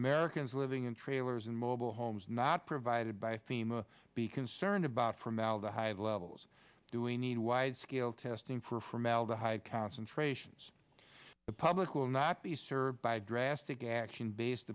americans living in trailers and mobile homes not provided by fema be concerned about formaldehyde levels doing a wide scale testing for formaldehyde concentrations the public will not be served by drastic action based